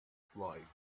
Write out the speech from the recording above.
flight